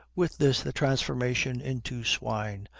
with this the transformation into swine,